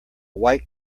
white